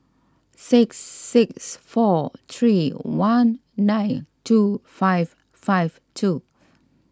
six six four three one nine two five five two